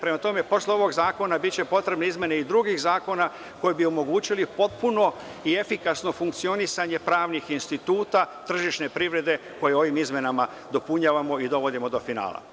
Prema tome, posle ovog zakona biće potrebne izmene i drugih zakona, koje bi omogućile potpuno i efikasno funkcionisanje pravnih instituta tržišne privrede koje ovim izmenama dopunjujemo i dovodimo do finala.